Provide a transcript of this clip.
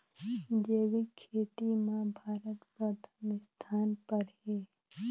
जैविक खेती म भारत प्रथम स्थान पर हे